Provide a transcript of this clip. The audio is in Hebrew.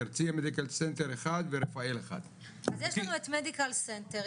הרצלייה מדיקל סנטר 1 ורפאל 1. אז יש לנו את מדיקל סנטר,